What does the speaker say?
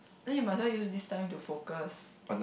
then you might as well use this time to focus